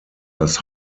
das